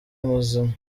muzima